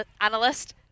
analyst